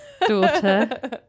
daughter